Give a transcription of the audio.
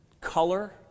color